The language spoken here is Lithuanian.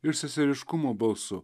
ir seseriškumo balsu